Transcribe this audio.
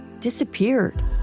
disappeared